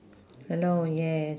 hello yes